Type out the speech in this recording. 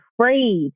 afraid